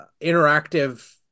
interactive